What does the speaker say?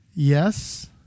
Yes